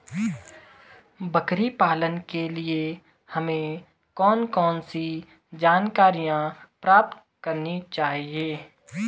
बकरी पालन के लिए हमें कौन कौन सी जानकारियां प्राप्त करनी चाहिए?